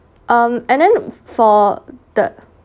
um and then for the